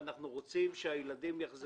אנחנו רוצים שהילדים יחזרו ללמוד.